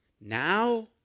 Now